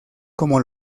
como